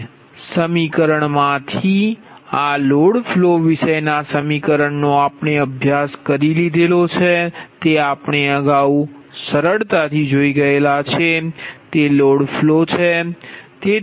અને સમીકરણ માંથી અને આ લોડ ફ્લો વિષયના સમીકરણ નો આપણે અભ્યાસ કર્યો છે તે લોડ ફ્લો